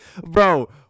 bro